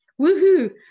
woohoo